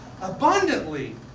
abundantly